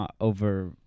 over